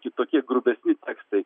kitokie grubesni tekstai